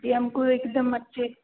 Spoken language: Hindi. जी हमको एकदम अच्छे